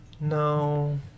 no